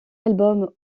album